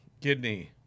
kidney